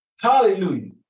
Hallelujah